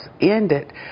ended